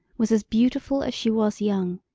was as beautiful as she was young,